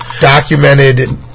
documented